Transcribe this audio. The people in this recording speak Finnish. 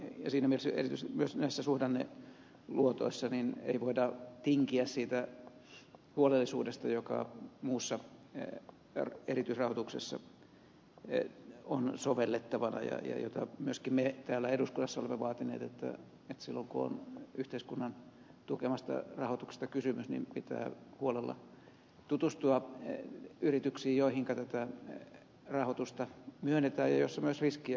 siinä mielessä erityisesti myös näissä suhdanneluotoissa ei voida tinkiä siitä huolellisuudesta joka muussa erityisrahoituksessa on sovellettavana ja jota myöskin me täällä eduskunnassa olemme vaatineet eli sitä että silloin kun on yhteiskunnan tukemasta rahoituksesta kysymys pitää huolella tutustua yrityksiin joihinka tätä rahoitusta myönnetään ja joissa myös riskiä otetaan